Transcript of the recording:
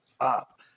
up